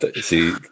see